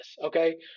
okay